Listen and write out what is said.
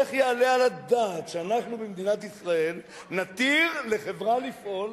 איך יעלה על הדעת שאנחנו במדינת ישראל נתיר לחברה לפעול,